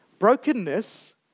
brokenness